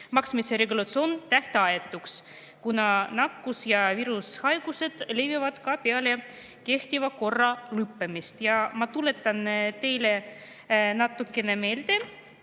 maksmise regulatsioon tähtajatuks, kuna nakkus‑ ja viirushaigused levivad ka peale kehtiva korra lõppemist. Ma tuletan teile meelde,